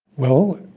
well,